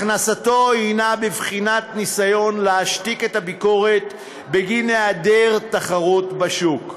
הכנסתו היא בבחינת ניסיון להשתיק את הביקורת על היעדר תחרות בשוק.